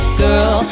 girl